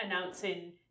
announcing